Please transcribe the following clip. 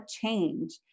change